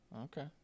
okay